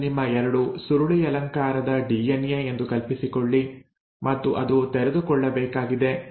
ಇದು ನಿಮ್ಮ ಎರಡು ಸುರುಳಿಯಲಂಕಾರದ ಡಿಎನ್ಎ ಎಂದು ಕಲ್ಪಿಸಿಕೊಳ್ಳಿ ಮತ್ತು ಅದು ತೆರೆದುಕೊಳ್ಳಬೇಕಾಗಿದೆ